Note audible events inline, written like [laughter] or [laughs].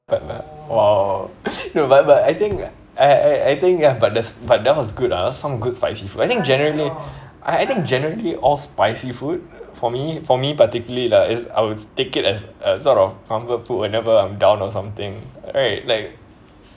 but but !wow! [laughs] no but but I think I I I think ya but the but that was good ah some good spicy food I think generally I I think generally all spicy food for me for me particularly like is I would take it as a sort of comfort food whenever I'm down or something right like